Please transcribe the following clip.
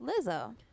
Lizzo